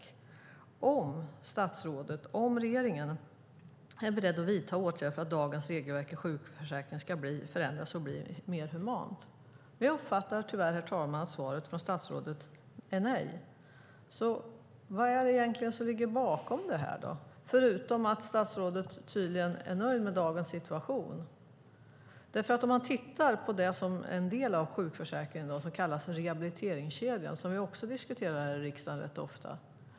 Jag undrar om statsrådet och regeringen är beredda att vidta åtgärder för att dagens regelverk i sjukförsäkringen ska förändras och bli mer humant. Herr talman! Jag uppfattar tyvärr att svaret från statsrådet är nej. Vad är det som ligger bakom detta, förutom att statsrådet tydligen är nöjd med dagens situation? Låt oss titta på den del av sjukförsäkringen som kallas för rehabiliteringskedjan och som vi också diskuterar här riksdagen rätt ofta.